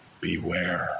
Beware